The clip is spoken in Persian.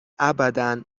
ابدا